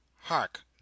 Hark